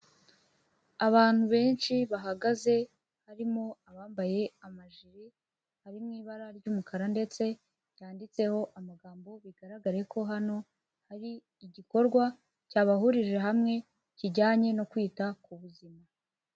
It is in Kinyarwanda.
Abantu benshi bahagaze, harimo abambaye amajiri ari mu ibara ry'umukara ndetse handitseho amagambo, bigaragare ko hano, hari igikorwa cyabahurije hamwe, kijyanye no kwita ku buzima.